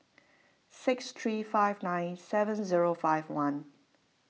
six three five nine seven zero five one